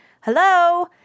hello